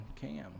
Cam